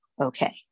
Okay